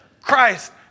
Christ